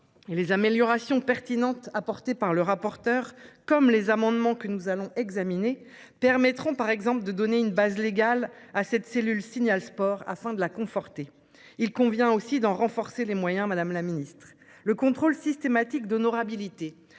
les améliorations pertinentes apportées par le rapporteur comme les amendements que nous allons examiner permettront par exemple de donner une base légale à cette cellule signale sport afin de la conforter, il convient aussi d'en renforcer les moyens Madame la Ministre le contrôle systématique d'honorabilité